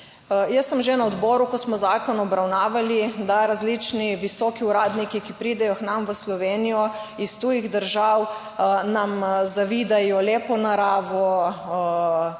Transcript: Jaz sem že na odboru povedala, ko smo zakon obravnavali, da različni visoki uradniki, ki pridejo k nam v Slovenijo iz tujih držav, nam zavidajo lepo naravo,